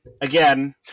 Again